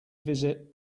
visit